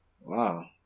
Wow